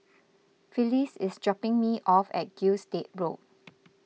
Phyllis is dropping me off at Gilstead Road